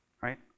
right